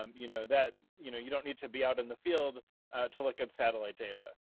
um you know that you know you don't need to be out in the field to look at satellite data.